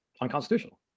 unconstitutional